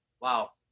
Wow